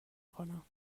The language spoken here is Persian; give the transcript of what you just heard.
کنم